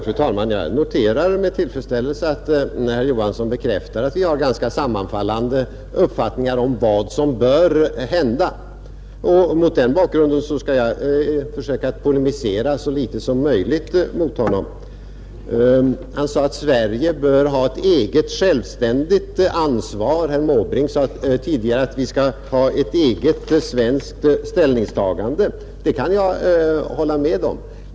Fru talman! Jag noterar med tillfredsställelse att herr Johansson bekräftar att vi har ganska sammanfallande uppfattningar om vad som bör hända. Med den bakgrunden skall jag försöka polemisera så litet som möjligt mot honom. Han sade att Sverige bör ha ett eget, självständigt ansvar, och herr Måbrink sade tidigare att vi skall göra ett eget svenskt ställningstagande, Det kan jag hålla med om.